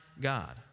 God